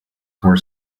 were